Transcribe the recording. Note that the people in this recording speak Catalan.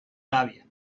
gàbia